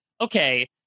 okay